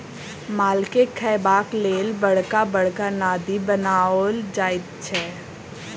मालके खयबाक लेल बड़का बड़का नादि बनाओल जाइत छै